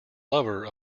lover